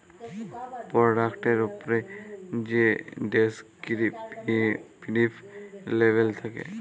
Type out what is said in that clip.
পরডাক্টের উপ্রে যে ডেসকিরিপ্টিভ লেবেল থ্যাকে